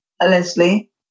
Leslie